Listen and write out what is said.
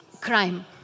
crime